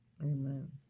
Amen